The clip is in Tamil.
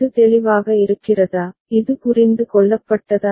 இது தெளிவாக இருக்கிறதா இது புரிந்து கொள்ளப்பட்டதா